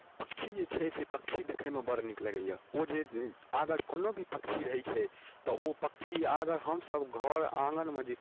पक्षी जे छै से पक्षी देखैमे बड़ नीक लगैए ओ जे अगर कोनो भी पक्षी रहै छै तऽ ओ पक्षी अगर हमसभ घर आङ्गनमे जे